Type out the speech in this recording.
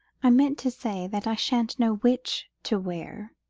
i meant to say that i shan't know which to wear.